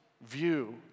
view